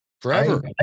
forever